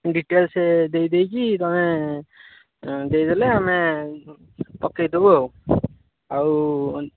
details ଦେଇ ଦେଇକି ତମେ ଦେଇ ଦେଲେ ଆମେ ପକେଇ ଦେବୁ ଆଉ ଆଉ